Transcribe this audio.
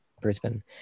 Brisbane